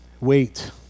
wait